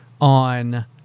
on